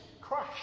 crash